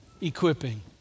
equipping